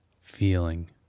feeling